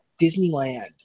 disneyland